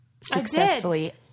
successfully